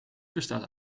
bestaat